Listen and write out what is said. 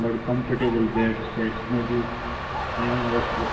بَڑٕ comfortable beds چھِ اَسہِ موجود یِہٕنٛز اَسہِ